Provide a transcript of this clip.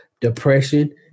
depression